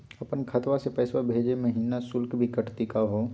अपन खतवा से पैसवा भेजै महिना शुल्क भी कटतही का हो?